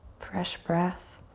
fresh breath.